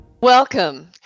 Welcome